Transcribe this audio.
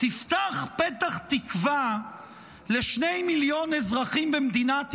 תפתח פתח תקווה לשני מיליון אזרחים במדינת ישראל,